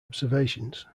observations